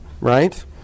right